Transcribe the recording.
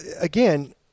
again –